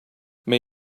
may